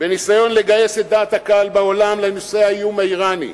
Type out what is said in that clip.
בניסיון לגייס את דעת הקהל בעולם לנושא האיום האירני,